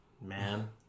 Man